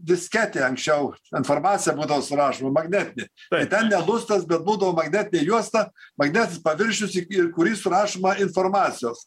disketė anksčiau informacija būdavo surašoma magnetinė tai ten ne lustas bet būdavo magnetinė juosta magnetinis paviršius į kurį surašoma informacijos